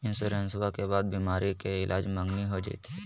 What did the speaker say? इंसोरेंसबा के बाद बीमारी के ईलाज मांगनी हो जयते?